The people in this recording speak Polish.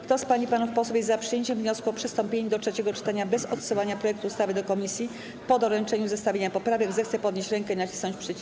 Kto z pań i panów posłów jest za przyjęciem wniosku o przystąpienie do trzeciego czytania bez odsyłania projektu ustawy do komisji po doręczeniu zestawienia poprawek, zechce podnieść rękę i nacisnąć przycisk.